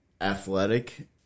athletic